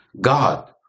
God